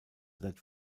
that